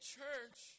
church